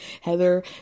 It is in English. Heather